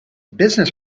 business